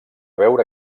beure